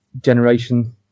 generation